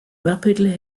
rapidly